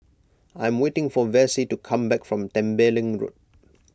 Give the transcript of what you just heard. I am waiting for Vassie to come back from Tembeling Road